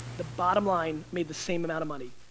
the bottom line made the same amount of money.